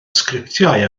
sgriptiau